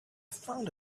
found